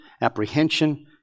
apprehension